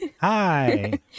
Hi